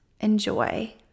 enjoy